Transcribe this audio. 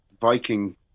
Viking